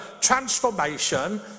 transformation